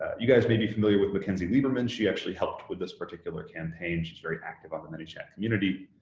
you guys may be familiar with mackenzie lieberman. she actually helped with this particular campaign. she very active on the manychat community.